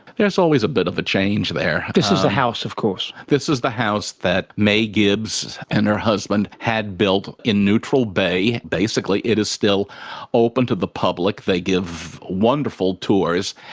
there's always a bit of a change there. this is the house of course. this is the house that may gibbs and her husband had built in neutral bay. basically it is still open to the public. they give wonderful tours.